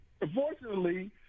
Unfortunately